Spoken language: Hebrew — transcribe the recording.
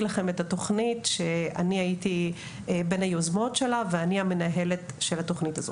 להציג בפניכם את התוכנית שאני הייתי בין היוזמות שלה ואני מנהלת אותה.